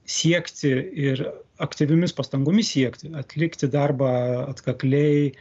siekti ir aktyviomis pastangomis siekti atlikti darbą atkakliai